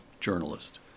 journalist